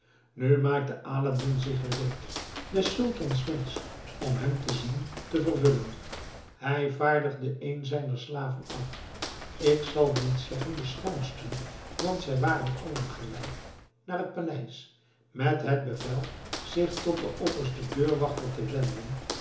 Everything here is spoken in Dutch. nu maakte aladdin zich gereed des sultans wensch om hem te zien te vervullen hij vaardigde een zijner slaven af ik zal niet zeggen den schoonsten want zij waren allen gelijk naar het paleis met het bevel zich tot den oppersten deurwachter te wenden